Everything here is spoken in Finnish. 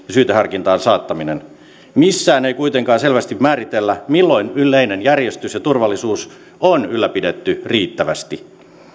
syyteharkintaan saattaminen missään ei kuitenkaan selvästi määritellä milloin yleinen järjestys ja turvallisuus on ylläpidetty riittävästi